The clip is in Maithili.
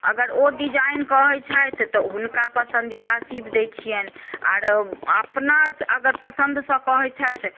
अगर ओ डिजाइन कहैत छथि तऽ हुनका पसन्दीदा सिबि दैत छियनि आओर अपना अगर पसन्दसँ कहैत छथि